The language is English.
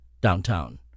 downtown